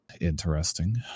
interesting